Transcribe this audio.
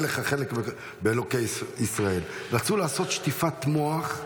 לך חלק באלוקי ישראל" רצו לעשות שטיפת מוח.